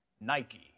Nike